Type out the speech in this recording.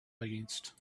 against